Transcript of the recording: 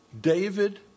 David